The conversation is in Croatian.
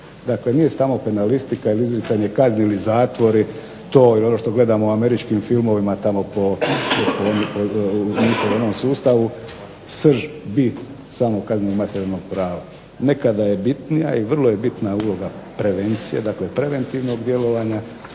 Dakle, nije samo penalistika ili izricanje kazne ili zatvori, ono što gledamo u američkim filmovima u njihovom sustavu, srž, bit, samo kaznenog materijalnog prava, nekada je bitnija uloga prevencije, preventivnog djelovanja